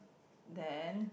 then